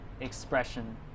expression